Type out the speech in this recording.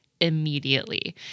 immediately